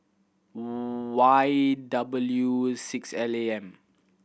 Y W six L A M